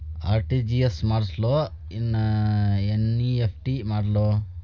RTGS ಮಾಡ್ಲೊ NEFT ಮಾಡ್ಲೊ?